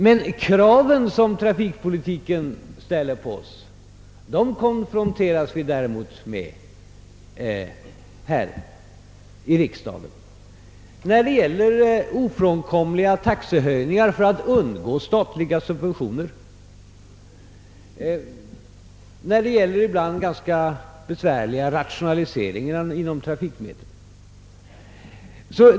Men de krav, som trafikpolitiken ställer på oss, konfronteras vi däremot med här i riksdagen när det gäller taxehöjningar, som är ofrånkomliga för att vi skall undgå statliga subventioner, och ibland när det gäller ganska besvärliga rationaliseringar på kommunikationsområdet.